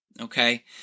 okay